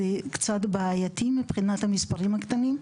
זה קצת בעייתי מבחינת המספרים הקטנים,